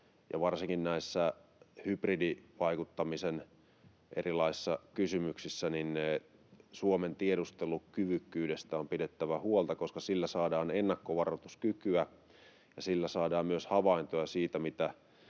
erilaisissa hybridivaikuttamisen kysymyksissä Suomen tiedustelukyvykkyydestä on pidettävä huolta, koska sillä saadaan ennakkovaroituskykyä ja sillä